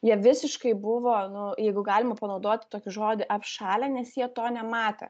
jie visiškai buvo nu jeigu galima panaudoti tokį žodį apšalę nes jie to nematę